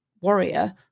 warrior